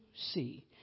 see